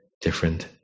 different